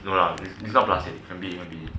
no lah if it's not plastic can be can be